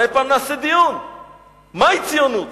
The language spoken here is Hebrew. אולי פעם נעשה דיון מהי ציונות.